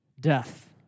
death